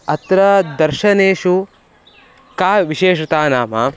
अत्र दर्शनेषु का विशेषता नाम